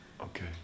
Okay